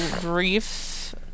brief